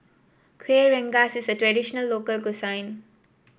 Kuih Rengas is a traditional local cuisine